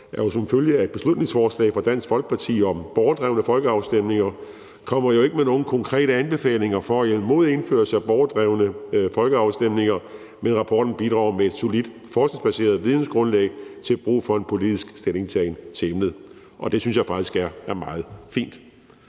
som følge af et beslutningsforslag fra Dansk Folkeparti om borgerdrevne folkeafstemninger, kommer jo ikke med nogen konkrete anbefalinger for eller imod indførelse af borgerdrevne folkeafstemninger, men rapporten bidrager med et solidt forskningsbaseret vidensgrundlag til brug for en politisk stillingtagen til emnet. Det synes jeg faktisk er meget fint.